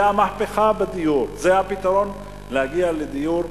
זה המהפכה בדיור, זה הפתרון להגיע לדיור,